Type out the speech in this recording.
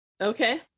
Okay